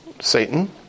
Satan